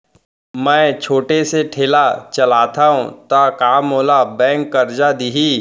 मैं छोटे से ठेला चलाथव त का मोला बैंक करजा दिही?